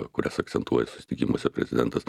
kurias akcentuoja susitikimuose prezidentas